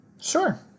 Sure